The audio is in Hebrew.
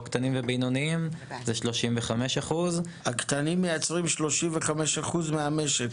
ולא קטנים ובינוניים: עסקים קטנים מייצרים 35% מהמשק.